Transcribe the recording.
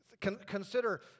Consider